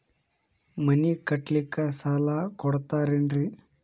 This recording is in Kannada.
ಮನಿ ಕಟ್ಲಿಕ್ಕ ಸಾಲ ಕೊಡ್ತಾರೇನ್ರಿ?